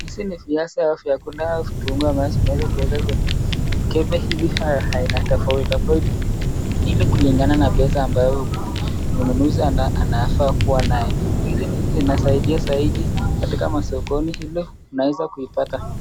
Hizi ni viazi au kunavyo vitunguu ambazo vimeweza kuwekwa kwenye mkebe hizi za aina tofauti tofauti, hii ni kulingana na pesa ambayo mnunuzi anafaa kuwa nayo. Zinasaidia zaidi katika masokoni ike unaweza kuipata.